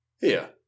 Here